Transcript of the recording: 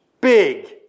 big